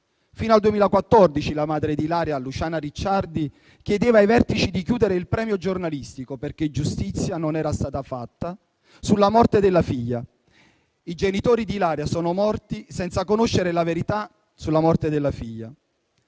Fino al 2014 la madre di Ilaria, Luciana Ricciardi, chiedeva ai vertici di chiudere il premio giornalistico, perché giustizia non era stata fatta sulla morte della figlia. I genitori di Ilaria sono morti senza conoscere la verità sulla morte della figlia.